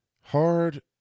hard